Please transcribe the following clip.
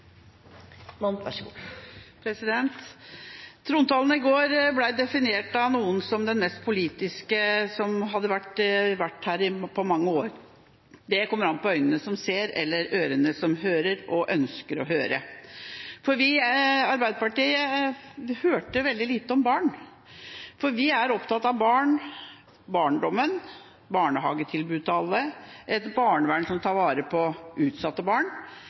Trontalen i går ble av noen definert som den mest politiske på mange år. Det kommer an på øynene som ser, eller ørene som hører og ønsker å høre. Vi i Arbeiderpartiet hørte veldig lite om barn – vi er opptatt av barn, barndommen, barnehagetilbud til alle og et barnevern som tar vare på utsatte barn.